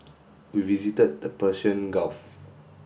we visited the Persian Gulf